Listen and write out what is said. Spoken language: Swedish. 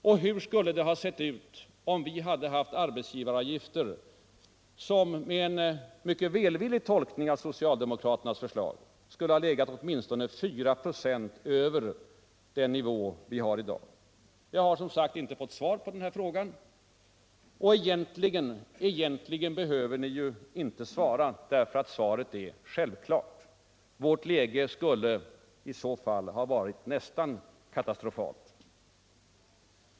Och hur skulle det ha sett ut, om vi hade haft arbetsgivaravgifter som, med en mycket välvillig tolkning av socialdemokraternas förslag, skulle ha legat åtminstone 4 26 över den nivå vi har i dag? Jag har som sagt inte fått svar på min fråga, men egentligen behöver ni ju inte svara, eftersom svaret är självklart: Vårt läge skulle i så fall ha varit nästan katastrofalt!